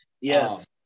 yes